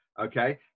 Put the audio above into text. okay